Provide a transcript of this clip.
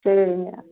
சரிங்க